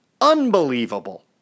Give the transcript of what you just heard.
unbelievable